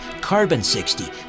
carbon-60